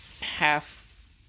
half